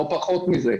לא פחות מזה,